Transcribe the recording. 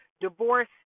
Divorce